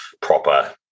proper